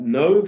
no